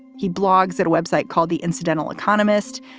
he blogs at a web site called the incidental economist.